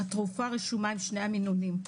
התרופה רשומה עם שני המינונים.